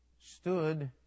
stood